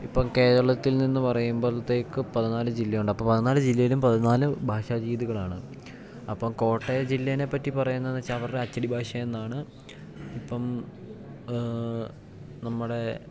ഇപ്പം കേരളത്തിൽ എന്ന് പറയുമ്പോൾത്തേക്ക് പതിനാല് ജില്ലയുണ്ട് അപ്പം പതിനാല് ജില്ലയിലും പതിനാല് ഭാഷാ രീതികളാണ് അപ്പോൾ കോട്ടയം ജില്ലേനെപ്പറ്റി പറയുന്നതെന്ന് വെച്ചാൽ അവരുടെ അച്ചടി ഭാഷ എന്നാണ് ഇപ്പം നമ്മുടെ